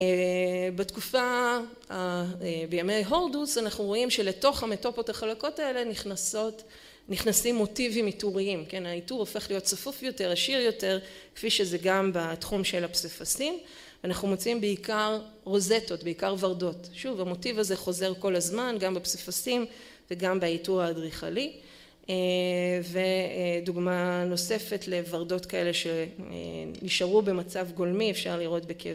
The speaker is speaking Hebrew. בתקופה ה... בימי הורדוס, אנחנו רואים שלתוך המטופות החלקות האלה נכנסים מוטיבים עיטוריים. כן, העיטור הופך להיות צפוף יותר, עשיר יותר, כפי שזה גם בתחום של הפסיפסים. אנחנו מוצאים בעיקר רוזטות, בעיקר ורדות. שוב, המוטיב הזה חוזר כל הזמן, גם בפסיפסים וגם בעיטור האדריכלי. ודוגמה נוספת לורדות כאלה שנשארו במצב גולמי, אפשר לראות ב...